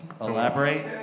Elaborate